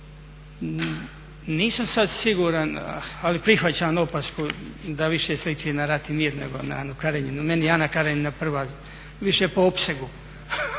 nisam sad siguran ali prihvaćam opasku da više sliči na Rat i mir nego na Anu Karenjinu, meni je Ana Karenjina prva više po opsegu